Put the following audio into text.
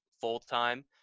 full-time